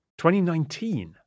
2019